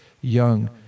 young